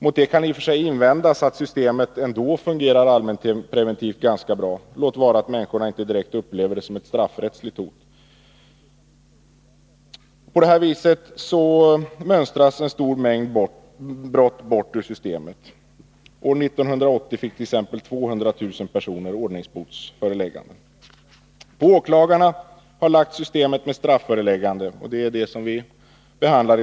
Mot detta kan i och för sig invändas att systemet ändå allmänpreventivt fungerar ganska bra, låt vara att människorna inte direkt upplever det som ett straffrättsligt hot. På det här viset mönstras en stor mängd brott bort ur systemet. År 1980 fick t.ex. 200 000 personer ordningsbotsföreläggande. På åklagarna har lagts handhavandet av systemet med strafföreläggande som vi i dag behandlar.